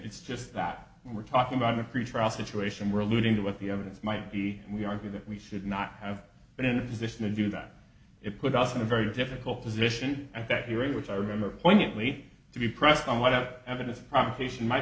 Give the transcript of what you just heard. it's just that we're talking about in a free trial situation where alluding to what the evidence might be we argue that we should not have been in a position to do that it put us in a very difficult position at that hearing which i remember poignantly to be pressed on whatever evidence provocation m